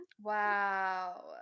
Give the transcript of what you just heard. Wow